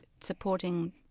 supporting